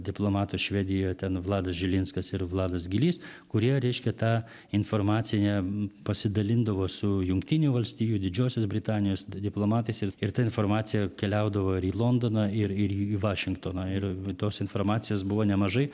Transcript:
diplomatus švedijoj ten vladas žilinskas ir vladas gilys kurie reiškia ta informacija pasidalindavo su jungtinių valstijų didžiosios britanijos diplomatais ir ir ta informacija keliaudavo ir į londoną ir į vašingtoną ir tos informacijos buvo nemažai